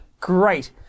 great